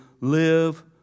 live